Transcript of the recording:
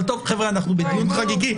אבל חבר'ה, אנחנו בדיון חגיגי.